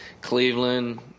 Cleveland